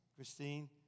Christine